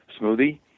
smoothie